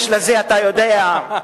אתה יודע,